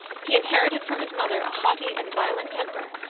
he inherited from his mother a haughty and violent temper,